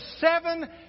seven